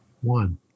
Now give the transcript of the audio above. One